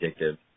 addictive